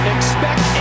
Expect